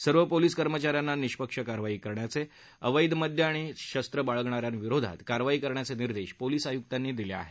सर्व पोलिस कर्मचाऱ्यांना निष्पक्ष कारवाई करण्याचे अवद्धमद्य आणि शस्त्र बाळगणा यांविरोधात कारवाई करण्याचे निर्देश पोलिस आयुक्तांनी दिले आहेत